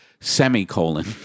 semicolon